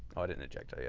didn't eject, yeah